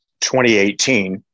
2018